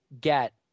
get